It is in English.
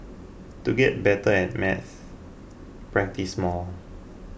to get better at maths practise more